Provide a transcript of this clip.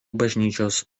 bažnyčios